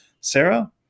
Sarah